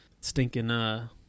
stinking